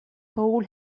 hole